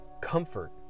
comfort